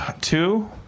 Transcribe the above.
Two